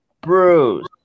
Bruce